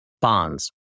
bonds